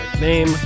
name